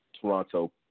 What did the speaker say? Toronto